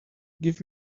give